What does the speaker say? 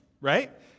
right